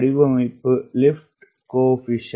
வடிவமைப்பு லிப்ட் குணகம் 0